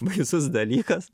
baisus dalykas